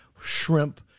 shrimp